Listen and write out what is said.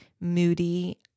moody